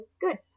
good